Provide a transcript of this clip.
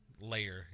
Layer